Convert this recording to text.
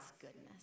goodness